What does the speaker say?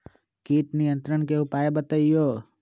किट नियंत्रण के उपाय बतइयो?